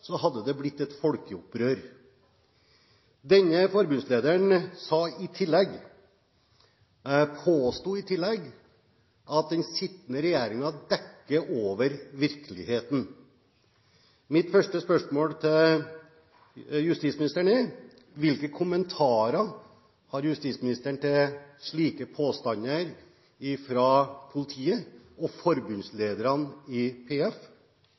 hadde det blitt et folkeopprør. Denne forbundslederen påsto i tillegg at den sittende regjeringen dekker over virkeligheten. Mitt første spørsmål til justisministeren er: Hvilke kommentarer har justisministeren til slike påstander fra politiet og forbundslederne i PF?